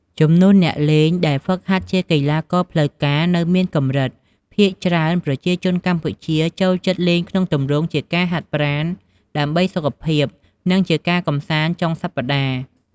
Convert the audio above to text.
ចំនួនអ្នកលេងដែលហ្វឹកហាត់ជាកីឡាករផ្លូវការ នៅមានកំរិត ភាគច្រើនប្រជាជនកម្ពុជាចូលចិត្តលេងក្នុងទំរង់ជាការហាត់ប្រាណដើម្បីសុខភាព និងជាការកំសាន្តចុងសប្ដាហ៍។